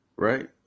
Right